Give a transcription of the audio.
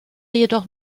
jedoch